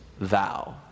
thou